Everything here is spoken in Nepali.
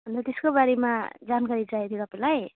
अन्त त्यसको बारेमा जानकारी चाहिएको थियो तपाईँलाई